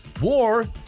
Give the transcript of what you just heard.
war